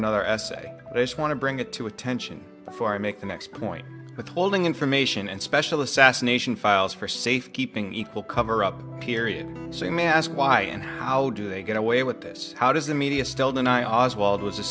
another essay i just want to bring it to attention before i make the next point withholding information and special assassination files for safekeeping equal cover up period so you may ask why and how do they get away with this how does the media still deny oswald was